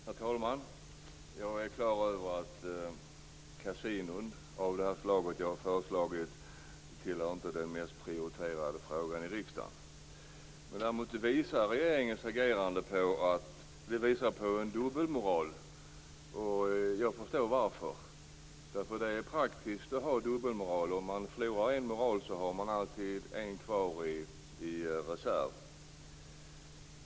Herr talman! Jag är klar över att kasinon av det slag jag har föreslagit inte tillhör den mest prioriterade frågan i riksdagen. Däremot visar regeringens agerande på en dubbelmoral, och jag förstår varför. Det är praktiskt att ha dubbelmoral. Om man förlorar en roll har man alltid en kvar i reserv.